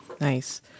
Nice